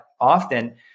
often